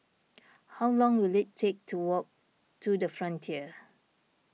how long will it take to walk to the Frontier